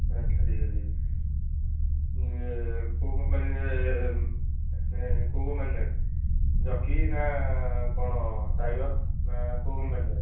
ଆଚ୍ଛା ଠିକ୍ ଅଛି ଇଏ କେଉଁ କମ୍ପାନୀ କେଉଁ କମ୍ପାନୀ ନେବେ ଜକି ନା କ'ଣ ଟାଇଗର୍ ନା କେଉଁ କମ୍ପାନୀର ନେବେ